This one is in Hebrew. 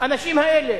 לאנשים האלה,